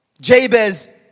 Jabez